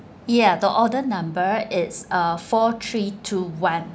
ya the order number it's uh four three two one